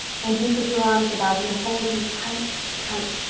and you put your arms about him and hold him tight, tight,